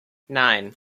nine